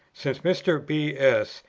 since mr. b. s.